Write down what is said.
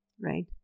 Right